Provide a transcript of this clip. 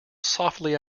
softly